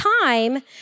time